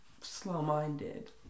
slow-minded